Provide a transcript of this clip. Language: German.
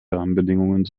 rahmenbedingungen